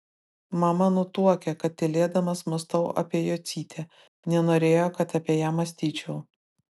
mama nutuokė kad tylėdamas mąstau apie jocytę nenorėjo kad apie ją mąstyčiau